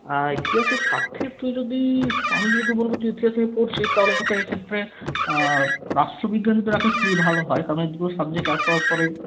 হ্যাঁ ইতিহাসে সাক্ষী তুই যদি আমি যেহেতু বলবো তুই ইতিহাস নিয়ে পড়ছিস তাহলে তোকে এ ক্ষেত্রে রাষ্ট্রবিজ্ঞানটা রাখিস খুবই ভালো হয় কারণ তোর সাবজেক্ট